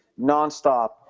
nonstop